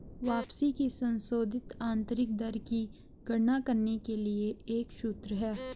वापसी की संशोधित आंतरिक दर की गणना करने के लिए एक सूत्र है